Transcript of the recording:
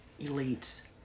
elites